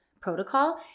protocol